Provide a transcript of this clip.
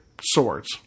swords